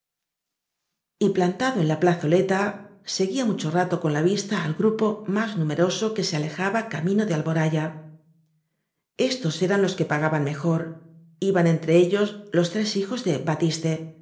demonio plantado en la plazoleta seguía mucho rato con la vista al grupo más numeroso que se alejaba camino de alboraya estos los eran que pagaban mejor iban entre ellos los tres hijos de batiste